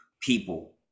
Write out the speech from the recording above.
people